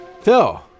Phil